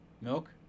milk